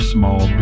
Small